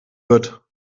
wird